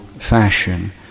fashion